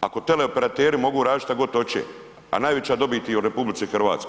ako teleoperateri mogu raditi što god oće, a najveća dobit im je u RH.